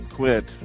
quit